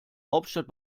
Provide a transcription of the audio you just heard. hauptstadt